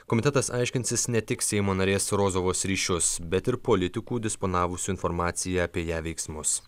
komitetas aiškinsis ne tik seimo narės rozovos ryšius bet ir politikų disponavusių informacija apie ją veiksmus